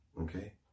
Okay